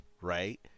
right